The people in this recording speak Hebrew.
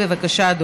נתקבלה.